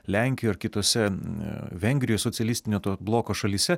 lenkijoj ar kitose vengrijoj socialistinio to bloko šalyse